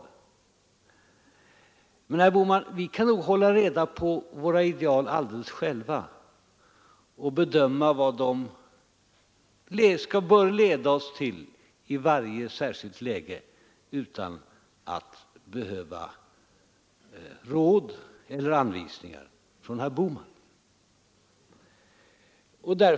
Vi kan nog, herr Bohman, hålla reda på våra ideal alldeles själva och bedöma vad de bör leda oss till i varje särskilt läge utan att vi behöver några råd eller anvisningar från herr Bohman.